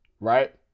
right